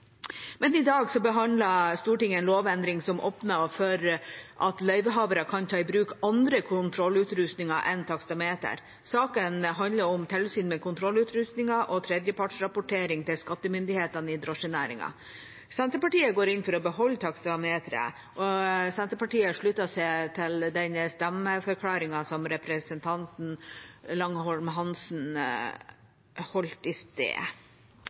I dag behandler Stortinget en lovendring som åpner for at løyvehavere kan ta i bruk andre kontrollutrustninger enn taksameter. Saken handler om tilsyn med kontrollutrustninger og tredjepartsrapportering til skattemyndighetene i drosjenæringen. Senterpartiet går inn for å beholde taksameteret. Senterpartiet slutter seg også til den stemmeforklaringen som representanten Langholm Hansen holdt i